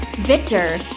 Victor